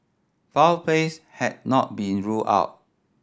foul plays has not been ruled out